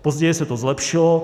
Později se to zlepšilo.